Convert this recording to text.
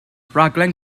rhaglen